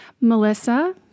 Melissa